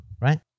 right